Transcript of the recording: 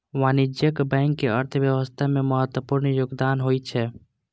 वाणिज्यिक बैंक के अर्थव्यवस्था मे महत्वपूर्ण योगदान होइ छै